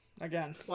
again